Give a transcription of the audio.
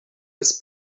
his